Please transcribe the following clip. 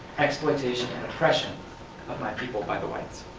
exploitation, and oppression of my people by the whites.